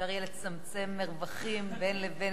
אפשר יהיה לצמצם מרווחים בין לבין,